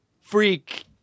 freak